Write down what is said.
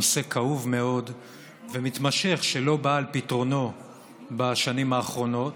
הוא נושא כאוב מאוד ומתמשך שלא בא על פתרונו בשנים האחרונות.